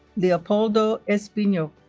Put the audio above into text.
leopoldo espino